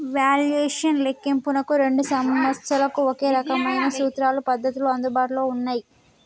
valuation లెక్కింపునకు రెండు సంస్థలకు ఒకే రకమైన సూత్రాలు, పద్ధతులు అందుబాటులో ఉన్నయ్యి